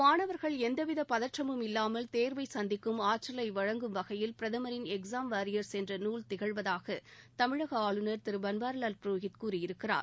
மாணவா்கள் எந்தவித பதற்றமும் இல்லாமல் தோ்வை சந்திக்கும் ஆற்றலை வழங்கும் வகையில் பிரதமின் எக்ஸாம் வாரியர்ஸ் என்ற நூல் திகழ்வதாக தமிழக ஆளுநர் திரு பன்வாரிவால் புரோகித் கூறியிருக்கிறார்